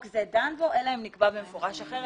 זה דן בו, אלא אם נקבע במפורש אחרת".